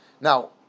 Now